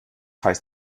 heißt